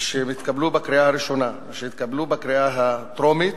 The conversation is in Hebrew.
ושהתקבלו בקריאה הראשונה ושהתקבלו בקריאה הטרומית,